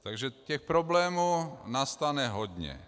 Takže těch problémů nastane hodně.